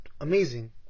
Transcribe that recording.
amazing